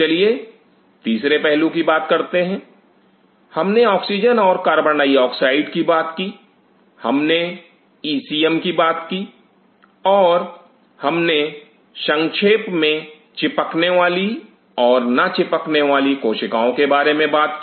चलिए तीसरे पहलू की बात करते हैं हमने ऑक्सीजन और कार्बन डाइऑक्साइड की बात की हमने इसीएम की बात की और हमने संक्षेप में चिपकने वाली और ना चिपकने वाली कोशिकाओं के बारे में बात की